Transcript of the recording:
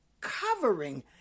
covering